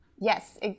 Yes